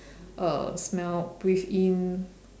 uh smell breathe in